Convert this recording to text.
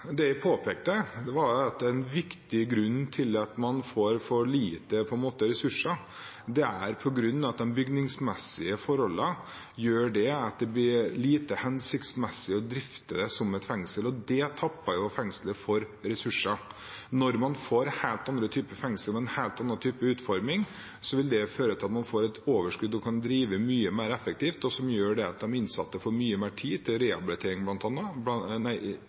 Det jeg påpekte, var at en viktig grunn til at man får for lite ressurser, er at de bygningsmessige forholdene gjør at det blir lite hensiktsmessig å drifte som fengsel, og det tapper fengslet for ressurser. Når man får helt andre typer fengsler med en helt annen type utforming, vil det føre til at man får et overskudd og kan drive mye mer effektivt, noe som gjør at de ansatte får mye mer tid til rehabilitering